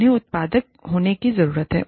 उन्हें उत्पादक होने की जरूरत है